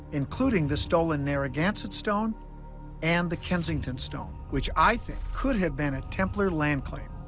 including the stolen narragansett stone and the kensington stone, which i think could have been a templar land claim.